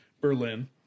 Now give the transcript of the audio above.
Berlin